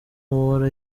uhora